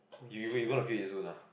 you you gonna feel it soon lah